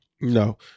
No